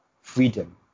freedom